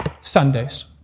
Sundays